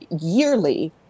yearly